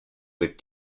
with